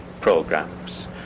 programs